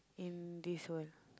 in this world